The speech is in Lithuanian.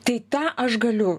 tai tą aš galiu